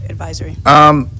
advisory